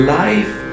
life